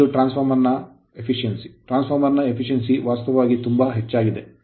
ಇದು transformer ನ ದಕ್ಷತೆ ಟ್ರಾನ್ಸ್ ಫಾರ್ಮರ್ ದಕ್ಷತೆ ವಾಸ್ತವವಾಗಿ ತುಂಬಾ ಹೆಚ್ಚಾಗಿದೆ